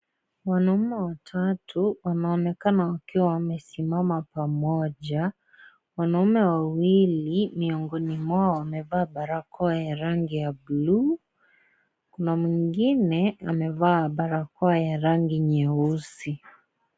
Wanaume watatu, wanaonekana wakiwa wamesimama pamoja. Wanaume wawili miongoni mwao, wamevaa barakoa ya rangi ya buluu. Kuna mwingine amevaa barakoa ya rangi nyeusi.